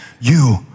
You